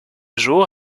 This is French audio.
jour